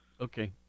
Okay